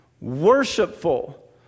worshipful